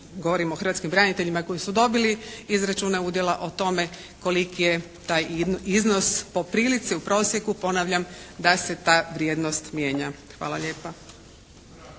govorim o hrvatskim braniteljima koji su odbili izračune udjela o tome koliki je taj iznos po prilici u prosjeku ponavljam da se ta vrijednost mijenja. Hvala lijepa.